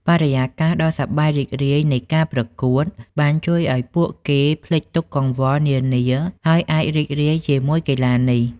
បរិយាកាសដ៏សប្បាយរីករាយនៃការប្រកួតបានជួយឱ្យពួកគេភ្លេចទុក្ខកង្វល់នានាហើយអាចរីករាយជាមួយកីឡានេះ។